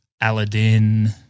Aladdin